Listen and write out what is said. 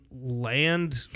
land